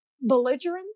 belligerent